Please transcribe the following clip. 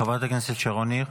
חברת הכנסת שרון ניר.